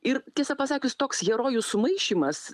ir tiesą pasakius toks herojų sumaišymas